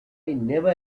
never